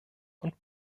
und